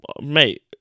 Mate